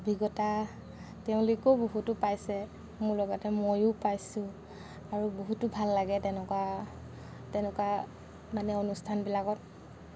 অভিজ্ঞতা তেওঁলোকেও বহুতো পাইছে মোৰ লগতে ময়ো পাইছোঁ আৰু বহুত ভাল লাগে তেনেকুৱা তেনেকুৱা মানে অনুষ্ঠানবিলাকত